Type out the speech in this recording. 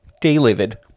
delivered